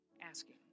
asking